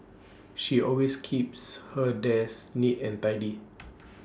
she always keeps her desk neat and tidy